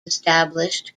established